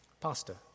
pastor